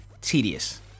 tedious